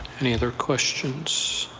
any other questions?